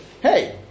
hey